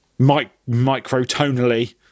microtonally